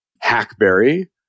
hackberry